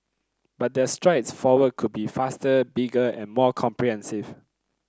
but their strides forward could be faster bigger and more comprehensive